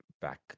back